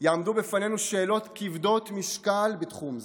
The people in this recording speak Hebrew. יעמדו בפנינו שאלות כבדות משקל בתחום זה,